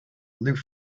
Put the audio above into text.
aloof